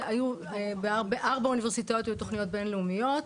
בארבע אוניברסיטאות היו תוכניות בינלאומיות,